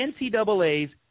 NCAA's